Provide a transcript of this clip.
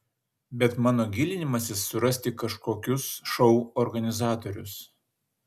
bet mano gilinimasis suras tik kažkokius šou organizatorius